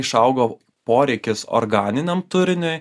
išaugo poreikis organiniam turiniui